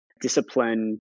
discipline